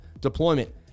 deployment